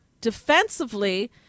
defensively